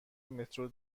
مترو